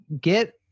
get